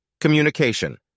Communication